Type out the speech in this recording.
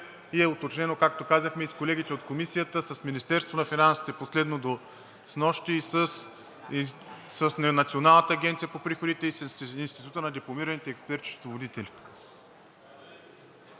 и е уточнено, както казахме, и с колегите от Комисията, и с Министерството на финансите последно до снощи, и с Националната агенция по приходите и с Института на дипломираните експерт-счетоводители.